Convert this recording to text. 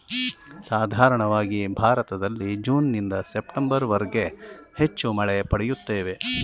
ಸಾಧಾರಣವಾಗಿ ಭಾರತದಲ್ಲಿ ಜೂನ್ನಿಂದ ಸೆಪ್ಟೆಂಬರ್ವರೆಗೆ ಹೆಚ್ಚು ಮಳೆ ಪಡೆಯುತ್ತೇವೆ